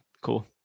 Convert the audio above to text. Cool